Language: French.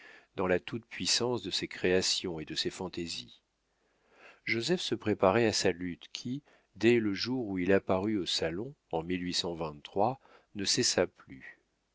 dans la toute-puissance de ses créations et de ses fantaisies joseph se préparait à sa lutte qui dès le jour où il apparut au salon en ne cessa plus